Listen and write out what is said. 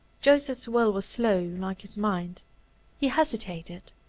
joseph's will was slow, like his mind he hesitated,